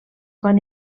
van